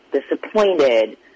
disappointed